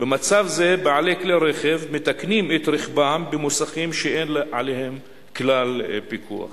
במצב זה בעלי כלי רכב מתקנים את רכבם במוסכים שאין עליהם כלל פיקוח.